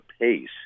pace